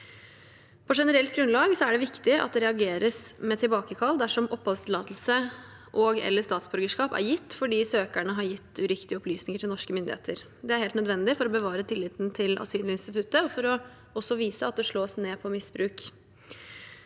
På generelt grunnlag er det viktig at det reageres med tilbakekall dersom oppholdstillatelse og/eller statsborgerskap er gitt fordi søkerne har gitt uriktige opplysninger til norske myndigheter. Det er helt nødvendig for å bevare tilliten til asylinstituttet og for å vise at det slås ned på misbruk.